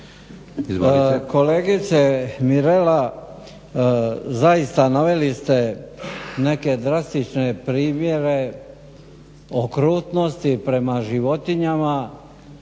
kolegice Mirela zaista naveli ste neke drastične primjere okrutnosti prema životinjama